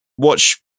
Watch